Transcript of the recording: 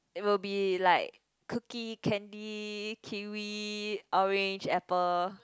it will be like Cookie Candy Kiwi Orange Apple